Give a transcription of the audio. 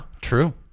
true